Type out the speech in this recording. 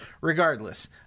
regardless